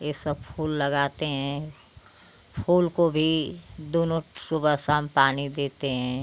ये सब फूल लगाते हैं फूल को भी दोनों सुबह शाम पानी देते हैं